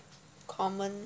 common